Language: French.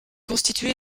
constituée